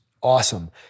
awesome